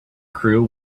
crew